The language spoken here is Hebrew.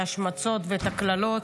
את ההשמצות והקללות,